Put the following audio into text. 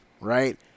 right